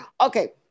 Okay